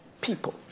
people